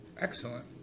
excellent